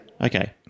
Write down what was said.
Okay